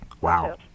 wow